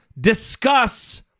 discuss